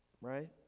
right